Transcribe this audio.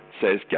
Says